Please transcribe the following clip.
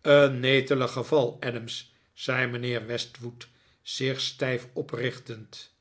een netelig geval adams zei mijnheer westwood zich stijf oprichtend